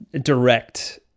direct